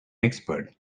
expert